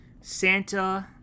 Santa